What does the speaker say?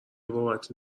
بابت